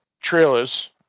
trailers